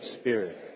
spirit